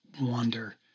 wander